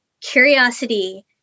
curiosity